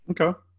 Okay